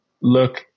look